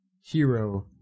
hero